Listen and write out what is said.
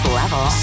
level